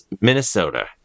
Minnesota